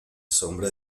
sombra